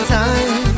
time